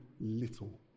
little